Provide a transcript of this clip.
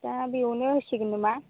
दा बेयावनो होसिगोन नामा